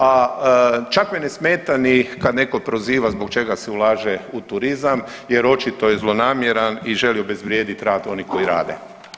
A čak me ne smeta ni kad netko proziva zbog čega se ulaže u turizam jer očito je zlonamjeran i želi obezvrijediti rad onih koji rade.